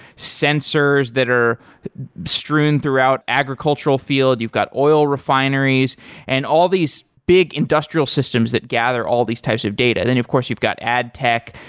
sensors that are strewn throughout agricultural field, you've got oil refineries and all these big industrial systems that gather all these types of data of course, you've got adtech.